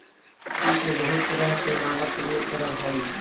लकड़ी के बहुत तरह से मानव प्रयोग करऽ हइ